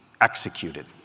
Executed